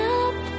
up